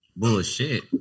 bullshit